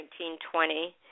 19.20